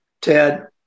Ted